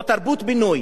או תרבות בינוי,